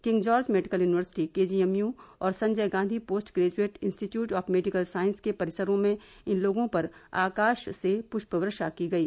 king George medical university KGMU और Sanjay Gandhi post graduate institute of medical साइस के परिसरों में इन लोगों पर आकाश से पृष्प वर्षा की गई